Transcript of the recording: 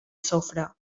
sofre